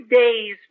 days